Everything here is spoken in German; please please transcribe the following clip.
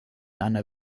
einer